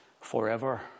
Forever